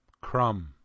Crumb